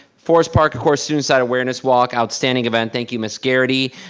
forest park, of course, suicide awareness walk. outstanding event, thank you mrs. garrety.